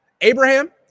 Abraham